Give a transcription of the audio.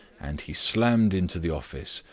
and he slammed into the office,